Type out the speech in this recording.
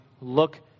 look